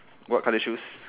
what colour shoes